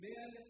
Men